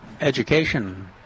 education